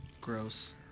Gross